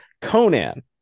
Conan